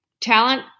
Talent